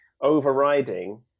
overriding